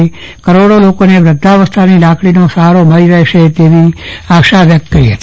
આ યોજનાથી કરોડો લોકોને વૃદ્ધવસ્થાની લાકડીનો સહારો મળી રહેશે તેવી આશા વ્યક્ત કરી હતી